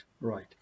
right